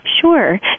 Sure